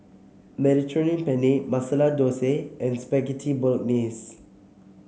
Mediterranean Penne Masala Dosa and Spaghetti Bolognese